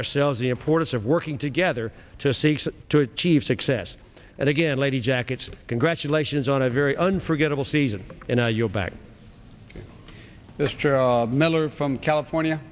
ourselves the importance of working together to seeks to achieve success and again lady jackets congratulations on a very unforgettable season and you'll back this joe miller from california